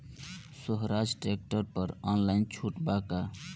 सोहराज tractor पर online छूट बा का?